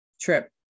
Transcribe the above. trip